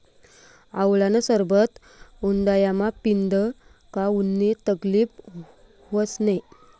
आवळानं सरबत उंडायामा पीदं का उननी तकलीब व्हस नै